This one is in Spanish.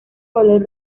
color